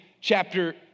chapter